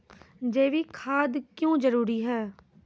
जैविक खाद क्यो जरूरी हैं?